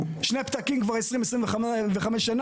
שני פתקים כבר 20-25 שנה.